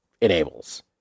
enables